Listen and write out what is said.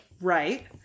right